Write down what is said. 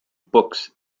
books